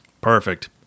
Perfect